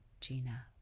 Gina